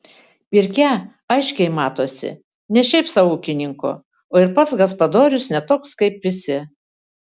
pirkia aiškiai matosi ne šiaip sau ūkininko o ir pats gaspadorius ne toks kaip visi